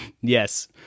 Yes